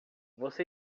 você